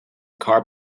car